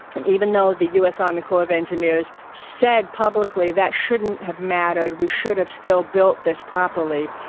and even though the u s. army corps of engineers said publicly that shouldn't have mattered we should have still built this properly.